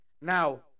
Now